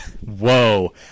Whoa